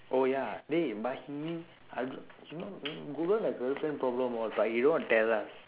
oh ya dey but he I don't know Google girlfriend problem all but he don't want to tell us